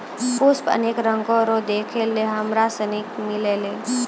पुष्प अनेक रंगो रो देखै लै हमरा सनी के मिलै छै